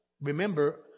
remember